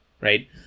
right